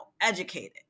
educated